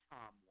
Tom